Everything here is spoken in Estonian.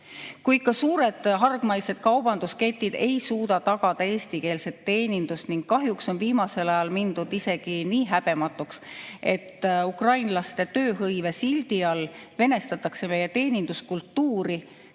Kui ikka suured hargmaised kaubandusketid ei suuda tagada eestikeelset teenindust – kahjuks on viimasel ajal mindud isegi nii häbematuks, et ukrainlaste tööhõive sildi all venestatakse meie teeninduskultuuri,